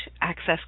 access